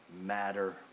matter